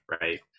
right